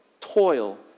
toil